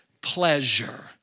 pleasure